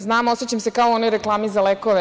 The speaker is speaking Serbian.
Znam i osećam se kao u onoj reklami za lekove.